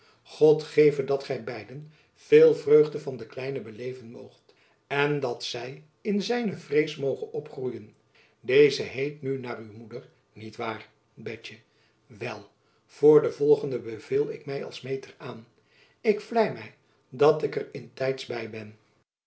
god geve dat gy beiden veel vreugde van de kleine beleven moogt en dat zy in zijne vrees moge opgroeien deze heet nu naar uw moeder niet waar betjen wel voor de volgende beveel ik my als meter aan ik vlei my dat ik er in tijds by ben